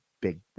big